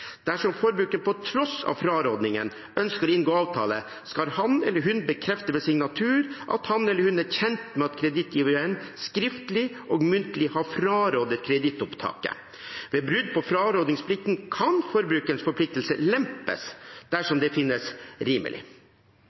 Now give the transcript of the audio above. Dersom forbrukeren på tross av frarådingen ønsker å inngå avtale, skal han eller hun bekrefte ved signatur at han eller hun er kjent med at kredittgiveren skriftlig og muntlig har frarådet kredittopptaket. Ved brudd på frarådingsplikten kan forbrukerens forpliktelser lempes dersom det finnes rimelig.